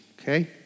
Okay